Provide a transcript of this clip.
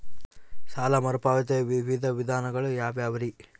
ಸಾಲ ಮರುಪಾವತಿಯ ವಿವಿಧ ವಿಧಾನಗಳು ಯಾವ್ಯಾವುರಿ?